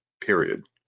period